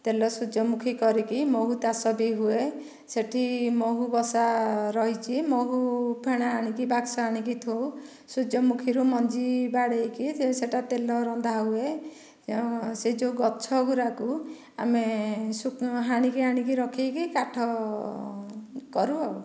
ତେଲ ସୂର୍ଯ୍ୟମୁଖୀ କରିକି ମହୁ ଚାଷ ବି ହୁଏ ସେଠି ମହୁ ବସା ରହିଛି ମହୁ ଫେଣା ଆଣିକି ବାକ୍ସ ଆଣିକି ଥୋଉ ସୂର୍ଯ୍ୟମୁଖୀରୁ ମଞ୍ଜି ବାଡ଼ାଇକି ସେ ସେଟା ତେଲ ରନ୍ଧା ହୁଏ ସେ ଯେଉଁ ଗଛ ଗୁଡ଼ାକୁ ଆମେ ହାଣିକି ଆଣିକି ରଖିକି କାଠ କରୁ ଆଉ